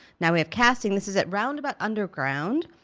now we have casting, this is at roundabout underground.